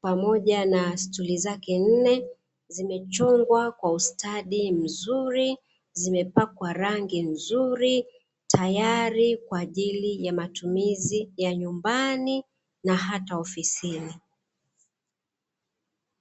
pamoja na stuli zake nne , zimechongwa kwa ustadi mzuri, zimepakwa rangi nzuri . Tayari kwaajili ya matumizi ya nyumbani na hata ofisini .